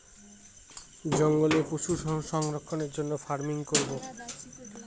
জঙ্গলে পশু সংরক্ষণের জন্য ফার্মিং করাবো